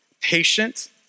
patient